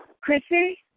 Chrissy